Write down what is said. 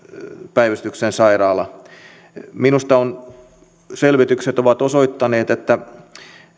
päivystyksen sairaalaa minusta selvitykset ovat osoittaneet että